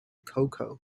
coco